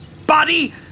Body